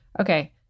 Okay